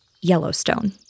Yellowstone